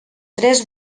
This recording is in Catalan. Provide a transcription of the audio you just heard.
tres